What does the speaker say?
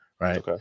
Right